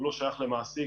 הוא לא שייך למעסיק,